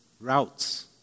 routes